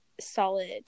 solid